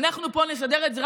אנחנו פה נסדר את זה,